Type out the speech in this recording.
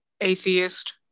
atheist